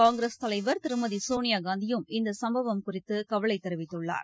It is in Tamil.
காங்கிரஸ் தலைவர் திருமதிசோனியாகாந்தியும் இந்தசும்பவம் குறித்துகவலைதெரிவித்துள்ளார்